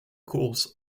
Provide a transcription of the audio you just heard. course